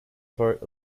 part